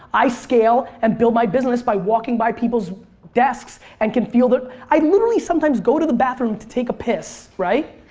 i scale and build my business by walking by people's desks and can feel their. i literally sometimes go to the bathroom to take a piss, right,